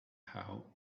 how